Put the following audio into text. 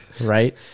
Right